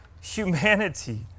humanity